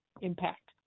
impact